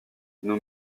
nous